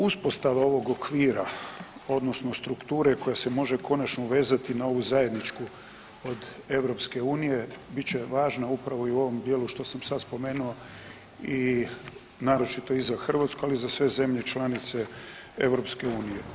Uspostava ovog okvira odnosno strukture koja se može konačno uvezati na ovu zajedničku od EU bit će važna upravo i u ovom dijelu što sam sad spomenuo i naročito i za Hrvatsku, ali i za sve zemlje članice EU.